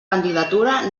candidatura